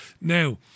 Now